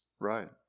Right